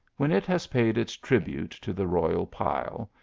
when it has paid its tribute to the royal pile,